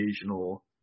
occasional